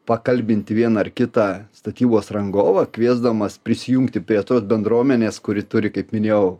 pakalbinti vieną ar kitą statybos rangovą kviesdamas prisijungti prie to bendruomenės kuri turi kaip minėjau